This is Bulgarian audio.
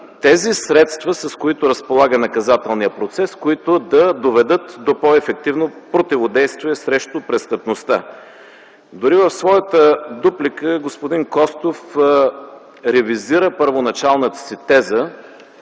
тези средства, с които разполага наказателният процес, които да доведат до по-ефективно противодействие срещу престъпността. Дори в своята дуплика господин Костов ревизира първоначалната си теза